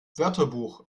wörterbuch